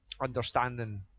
understanding